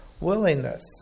Willingness